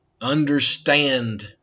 understand